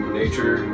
nature